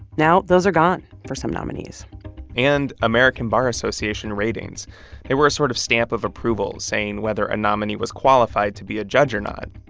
now those are gone for some nominees and american bar association ratings they were a sort of stamp of approval saying whether a nominee was qualified to be a judge or not.